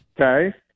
Okay